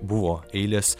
buvo eilės